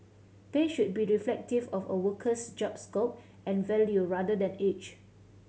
pay should be reflective of a worker's job scope and value rather than age